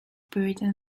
puritan